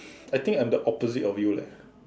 I think I'm the opposite of you leh